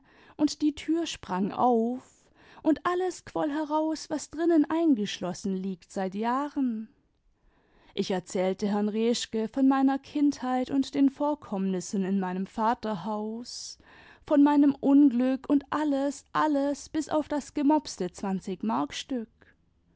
imd die tür sprang auf und alles quoll heraus was drinnen eingeschlossen liegt seit jahren ich erzählte herrn reschke von meiner kindheit tmd den vorkomnmissen in meinem vaterhaus von meinem unglück imd alles alles bis auf das gemopste zwanzigmarkstück